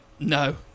No